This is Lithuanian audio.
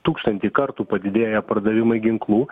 tūkstantį kartų padidėja pardavimai ginklų